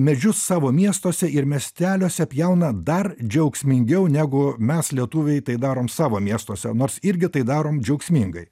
medžius savo miestuose ir miesteliuose pjauna dar džiaugsmingiau negu mes lietuviai tai darom savo miestuose nors irgi tai darom džiaugsmingai